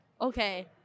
Okay